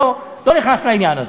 אני לא נכנס לעניין הזה.